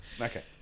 Okay